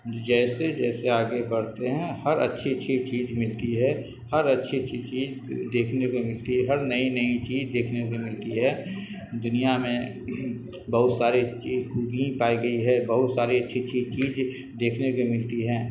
جیسے جیسے آگے بڑھتے ہیں ہر اچھی اچھی چیز ملتی ہے ہر اچھی اچھی چیز دیکھنے کو ملتی ہے ہر نئی نئی چیز دیکھنے کو ملتی ہے دنیا میں بہت ساری چی خوبی پائی گئی ہے بہت ساری اچھی اچھی چیز دیکھنے کو ملتی ہے